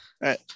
right